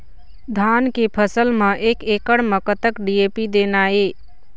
धान के फसल म एक एकड़ म कतक डी.ए.पी देना ये?